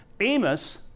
Amos